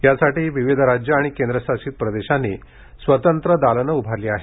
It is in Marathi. यासाठी विविध राज्यं आणि केंद्र शासित प्रदेशांनी स्वतंत्र दालनं उभारली आहेत